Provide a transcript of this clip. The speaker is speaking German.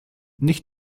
nicht